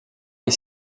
les